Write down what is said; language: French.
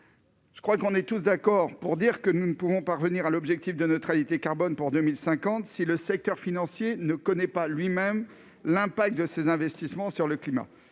Je crois qu'on est tous d'accord pour dire que nous ne pouvons parvenir à l'objectif de neutralité carbone pour 2050 si le secteur financier ne connaît pas lui-même l'impact de ces investissements sur le climat